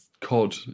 cod